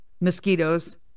Mosquitoes